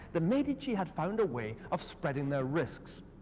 the medici had found a way of spreading their risks.